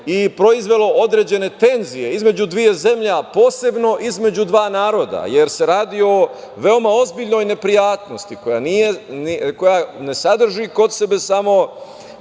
i proizvelo određene tenzije između dve zemlje, a posebno između dva naroda, jer se radi o veoma ozbiljnoj neprijatnosti koja ne sadrži kod sebe